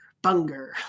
bunger